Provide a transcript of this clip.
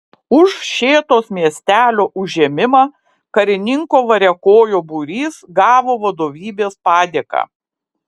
už šėtos miestelio užėmimą karininko variakojo būrys gavo vadovybės padėką